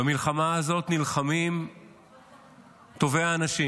במלחמה הזאת נלחמים טובי האנשים